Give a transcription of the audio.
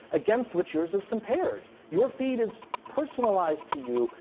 against which yours is compared. your feed is personalized to you.